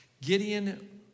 Gideon